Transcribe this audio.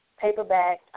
paperback